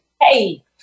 Hey